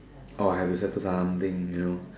I have to settle something you know